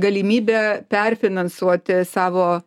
galimybė perfinansuoti savo